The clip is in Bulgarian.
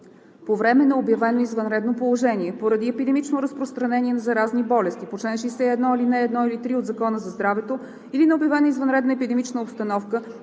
По време на обявено извънредно положение поради епидемично разпространение на заразни болести по чл. 61, ал. 1 или 3 от Закона за здравето или на обявена извънредна епидемична обстановка